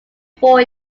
four